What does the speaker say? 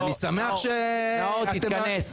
נאור, תתכנס.